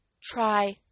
Try